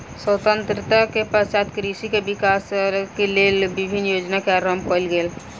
स्वतंत्रता के पश्चात कृषि विकासक लेल विभिन्न योजना के आरम्भ कयल गेल